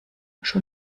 schon